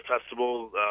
festival